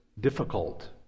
difficult